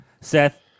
Seth